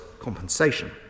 compensation